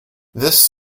this